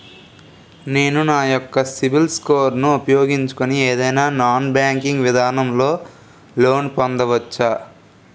నేను నా యెక్క సిబిల్ స్కోర్ ను ఉపయోగించుకుని ఏదైనా నాన్ బ్యాంకింగ్ విధానం లొ లోన్ పొందవచ్చా?